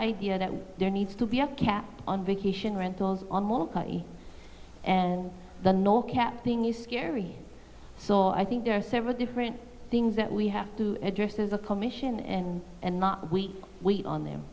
idea that there needs to be a cap on vacation rentals on mulcahey and the no cap thing is scary so i think there are several different things that we have to address as a commission and and not we wait on the